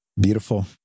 Beautiful